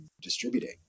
distributing